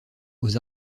aux